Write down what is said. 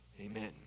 amen